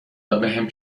وبهم